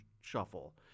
shuffle